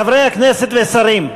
חברי הכנסת ושרים.